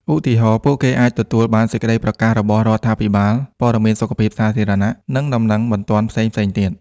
ឧទាហរណ៍ ពួកគេអាចទទួលបាន សេចក្តីប្រកាសរបស់រដ្ឋាភិបាល ព័ត៌មានសុខភាពសាធារណៈ និងដំណឹងបន្ទាន់ផ្សេងៗទៀត។